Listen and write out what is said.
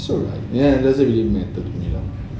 yeah it doesn't really matter to me lah